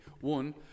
One